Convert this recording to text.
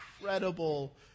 incredible